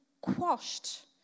quashed